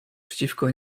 przeciwko